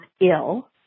ill